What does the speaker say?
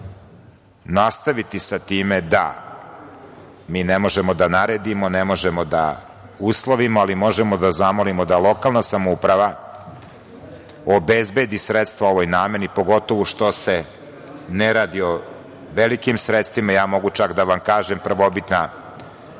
nastaviti sa time da mi ne možemo da naredimo, ne možemo da uslovimo, ali možemo da zamolimo da lokalna samouprava obezbedi sredstva ovoj nameni, pogotovo što se ne radi o velikim sredstvima. Mogu čak da vam kažem prvobitni